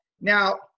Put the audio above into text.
now